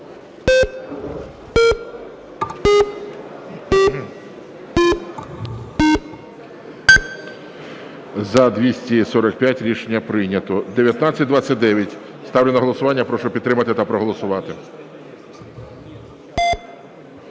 Рішення прийнято. 1929. Ставлю на голосування. Прошу підтримати та проголосувати.